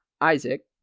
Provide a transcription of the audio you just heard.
Isaac